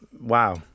wow